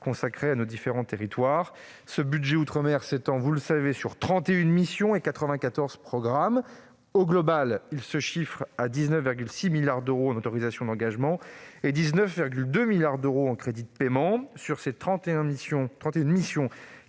consacre à nos différents territoires. Vous le savez, ce budget s'étend sur 31 missions et 94 programmes. Au total, il s'élève à 19,6 milliards d'euros en autorisations d'engagement et à 19,2 milliards d'euros en crédits de paiement. Sur ces 31 missions,